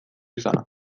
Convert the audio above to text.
izana